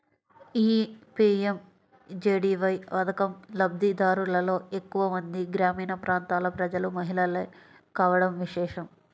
ఈ పీ.ఎం.జే.డీ.వై పథకం లబ్ది దారులలో ఎక్కువ మంది గ్రామీణ ప్రాంతాల ప్రజలు, మహిళలే కావడం విశేషం